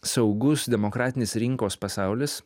saugus demokratinis rinkos pasaulis